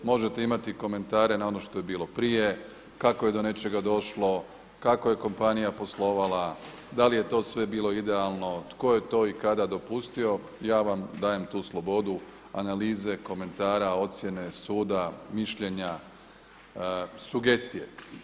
Možete imati komentare na ono što je bilo prije, kako je do nečega došlo, kako je kompanija poslovala, da li je to sve bilo idealno, tko je to i kada dopustio, ja vam dajem tu slobodu analize komentara, ocjene, suda, mišljenja, sugestije.